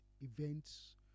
events